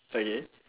okay